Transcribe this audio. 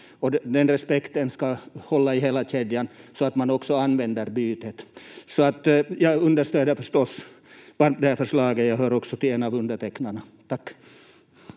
den respekten ska hålla i hela kedjan så att man också använder bytet. Jag understöder förstås varmt det här förslaget. Jag hör också till en av undertecknarna. — Tack.